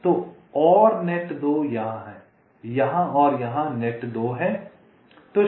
तो और नेट 2 यहाँ है यहाँ और यहाँ नेट 2 यहाँ है